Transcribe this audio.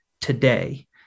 today